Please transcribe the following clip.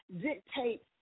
dictate